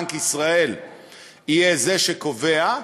בנק ישראל יהיה זה שקובע,